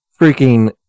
freaking